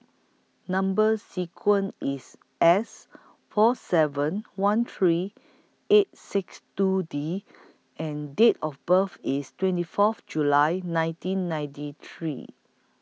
Number sequence IS S four seven one three eight six two D and Date of birth IS twenty forth July nineteen ninety three